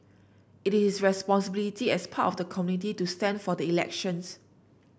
it is responsibility as part of the community to stand for the elections